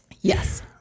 yes